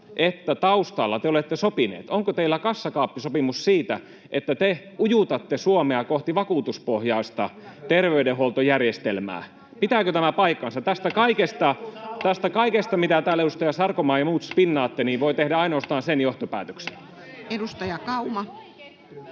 että taustalla te olette sopineet, eli onko teillä kassakaappisopimus siitä, että te ujutatte Suomea kohti vakuutuspohjaista terveydenhuoltojärjestelmää? Pitääkö tämä paikkansa? Tästä kaikesta, mitä täällä, edustaja Sarkomaa ja muut, spinnaatte, voi tehdä ainoastaan sen johtopäätöksen. [Hälinää —